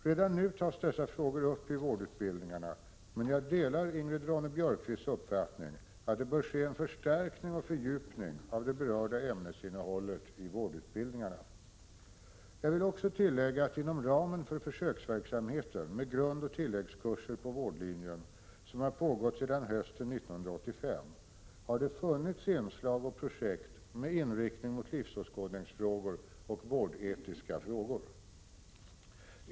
Redan nu tas dessa frågor upp i vårdutbildningarna, men jag delar Ingrid Ronne-Björkqvists uppfattning att det bör ske en förstärkning och fördjupning av det berörda ämnesinnehållet i vårdutbildningarna. Jag vill också tillägga att inom ramen för försöksverksamheten med grundoch tilläggskurser på vårdlinjen, som har pågått sedan hösten 1985, har det funnits inslag och projekt med inriktning mot livsåskådningsfrågor och vårdetiska frågor.